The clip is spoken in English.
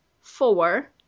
four